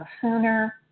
sooner